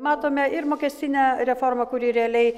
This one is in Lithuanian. matome ir mokestinę reformą kuri realiai